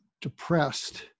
depressed